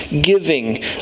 giving